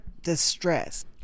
distress